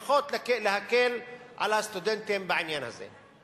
לפחות להקל על הסטודנטים בעניין הזה.